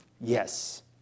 Yes